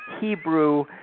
Hebrew